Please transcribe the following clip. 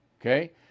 Okay